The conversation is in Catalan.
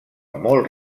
molt